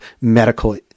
medical